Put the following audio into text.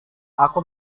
aku